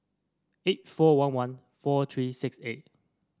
eight four one one four three six eight